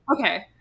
Okay